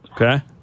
Okay